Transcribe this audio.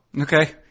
Okay